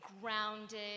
grounded